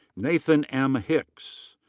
nathan m. hicks.